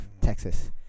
texas